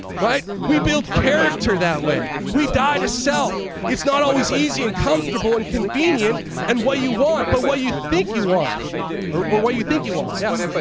right. we build character that way. we die to self. it's not always easy and comfortable and convenient and what you want but what you think you want or what you think you want. yeah.